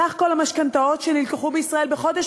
סך כל המשכנתאות שנלקחו בישראל בחודש